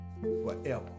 forever